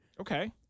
Okay